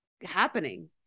happening